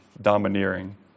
domineering